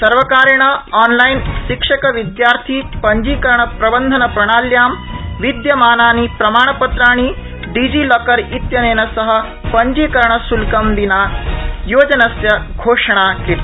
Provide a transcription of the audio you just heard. सर्वकारेण ऑनलाइन शिक्षकविद्यार्थीपंजीकरणप्रबन्धप्रणात्यां विद्यमानानि प्रमाणपत्राणि डिजीलॉकर इत्यनेन सह पंजीकरणशुल्कं विना योजनस्य घोषणा कृता